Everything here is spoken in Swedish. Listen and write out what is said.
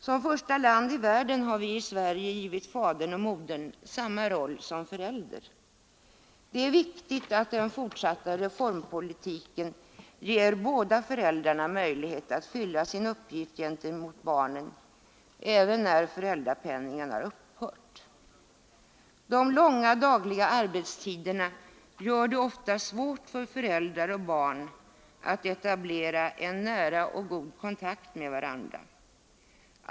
Som första land i världen har vi i Sverige givit fadern och modern samma roll som förälder. Det är viktigt att den fortsatta reformpolitiken ger båda föräldrarna möjlighet att fylla sin uppgift gentemot barnet även när föräldrapenningen har upphört. De långa dagliga arbetstiderna gör det ofta svårt för föräldrar och barn att etablera en nära och god kontakt med varandra.